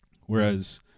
whereas